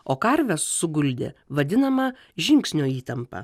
o karves suguldė vadinama žingsnio įtampa